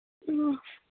ꯑꯣ